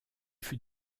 fut